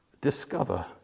discover